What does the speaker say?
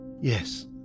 Yes